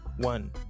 one